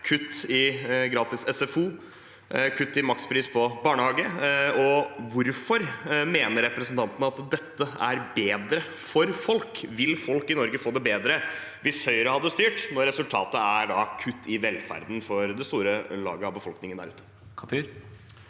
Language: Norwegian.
kutt i gratis SFO og kutt i makspris på barnehager. Hvorfor mener representanten Kapur at dette er bedre for folk? Ville folk i Norge fått det bedre hvis Høyre hadde styrt, når resultatet er kutt i velferden for det store laget av befolkningen der ute?